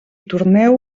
torneu